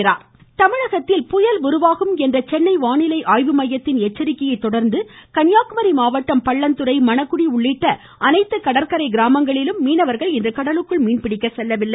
கன்னியாகுமரி தமிழகத்தில் புயல் உருவாகும் என்ற சென்னை வானிலை ஆய்வு மையத்தின் எச்சரிக்கையை தொடர்ந்து கன்னியாகுமரி மாவட்டம் பள்ளந்துறை மணக்குடி உள்ளிட்ட அனைத்து கடற்கரை கிராமங்களிலும் மீனவர்கள் இன்று கட்லுக்குள் மீன்பிடிக்க செல்லவில்லை